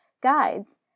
guides